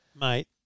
Mate